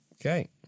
Okay